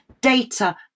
data